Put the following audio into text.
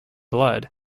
blood